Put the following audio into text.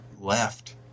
left